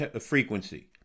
frequency